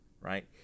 right